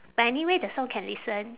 but anyway the song can listen